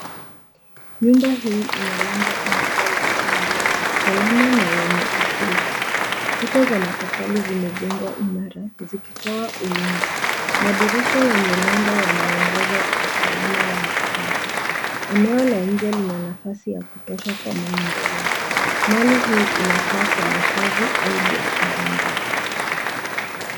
Nyumba hii ina lango imara la chuma salama na yenye usiri. Kuta za matofali zimejengwa imara zikitoa ulinzi. Madirisha yenye nondo yanaongeza usalama wa makazi. Eneo la nje lina nafasi ya kutosha kwa maendeleo. Mali hii inafaa kwa makazi au biashara ndogo.